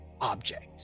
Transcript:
object